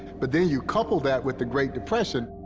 but then you couple that with the great depression,